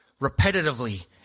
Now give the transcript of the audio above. repetitively